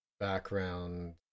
background